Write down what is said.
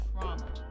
trauma